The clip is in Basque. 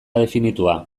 definitua